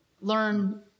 learn